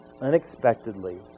unexpectedly